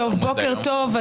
בוקר טוב,